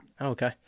Okay